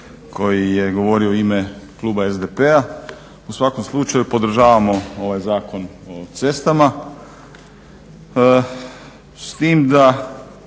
koji je govorio u ime kluba SDP-a. U svakom slučaju podržavamo ovaj Zakon o cestama s tim da